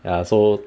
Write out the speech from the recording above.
ya so